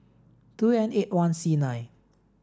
two N eight one C nine